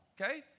okay